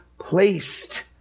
placed